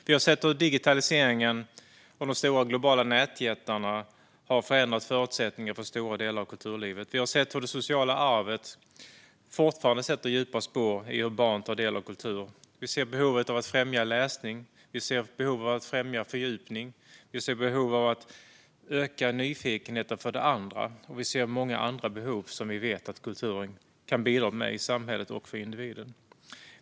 Vi har sett hur digitaliseringen och de stora globala nätjättarna har förändrat förutsättningarna för stora delar av kulturlivet. Vi har sett hur det sociala arvet fortfarande sätter djupa spår i hur barn tar del av kultur. Vi ser behovet av att främja läsning och fördjupning och öka nyfikenheten för det andra. Och det finns många andra behov som kulturen kan bidra till i samhället och för individen.